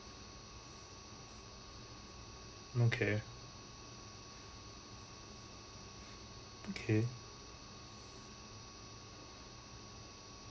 okay okay